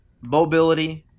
mobility